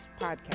podcast